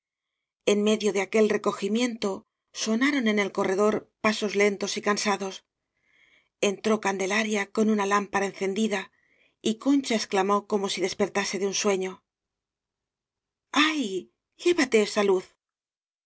en medio de aquel recogimiento sonaron en el corredor pasos lentos y cansados entró candelaria con una lámpara encendida y concha exclamó tomo si despertase de un sueño ay